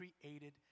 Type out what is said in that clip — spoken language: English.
created